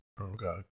okay